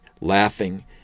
laughing